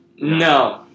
No